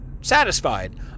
satisfied